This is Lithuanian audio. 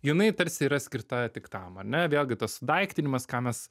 jinai tarsi yra skirta tik tam ane vėlgi tas sudaiktinimas ką mes